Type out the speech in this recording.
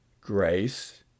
grace